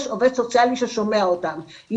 יש עובד סוציאלי ששומע אותם.